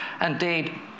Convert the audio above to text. Indeed